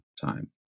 time